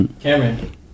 Cameron